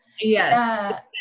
yes